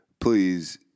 please